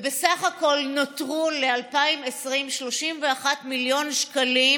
ובסך הכול נותרו ל-2020 31 מיליון שקלים